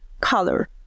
color